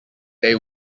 they